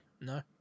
no